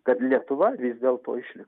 kad lietuva vis dėlto išliko